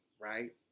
right